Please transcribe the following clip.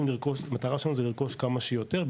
המטרה שלנו זה לרכוש כמה שיותר,